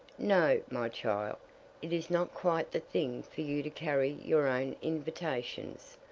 no, my child it is not quite the thing for you to carry your own invitations.